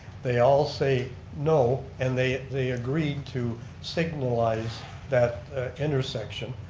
they all say no and they they agreed to signalize that intersection.